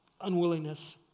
unwillingness